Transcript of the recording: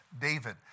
David